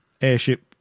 airship